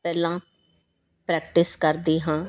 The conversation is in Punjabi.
ਪਹਿਲਾਂ ਪ੍ਰੈਕਟਿਸ ਕਰਦੀ ਹਾਂ